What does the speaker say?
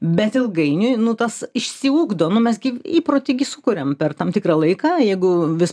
bet ilgainiui nu tas išsiugdo nu mes gi įprotį gi sukuriam per tam tikrą laiką jeigu vis